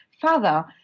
father